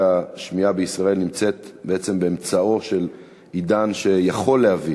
השמיעה נמצאת בעצם באמצעו של עידן שיכול להביא